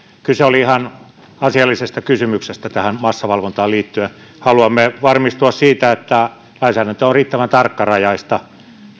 kyse oli ihan asiallisesta kysymyksestä tähän massavalvontaan liittyen haluamme varmistua siitä että lainsäädäntö on riittävän tarkkarajaista